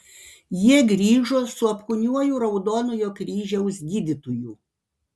jie grįžo su apkūniuoju raudonojo kryžiaus gydytoju